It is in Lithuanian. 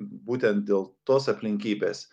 būtent dėl tos aplinkybės